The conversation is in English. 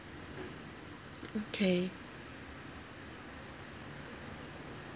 okay